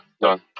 done